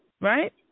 right